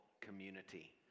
Community